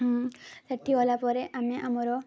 ସେଠିକି ଗଲା ପରେ ଆମେ ଆମର